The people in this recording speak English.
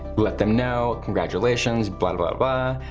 let them know, congratulations, blah, blah, blah.